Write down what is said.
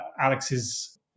Alex's